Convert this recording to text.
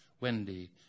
Wendy